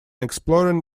exploring